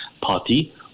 party